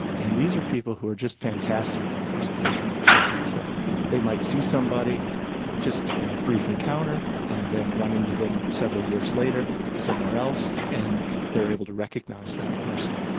and these are people who are just fantastic when it comes to face recognition. so they might see somebody just in a brief encounter and then run into them several years later somewhere else and they are able to recognise that person.